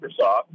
Microsoft